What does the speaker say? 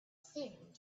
thing